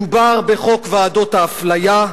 מדובר בחוק ועדות האפליה,